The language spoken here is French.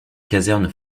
caserne